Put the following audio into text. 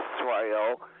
Israel